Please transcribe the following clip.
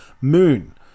moon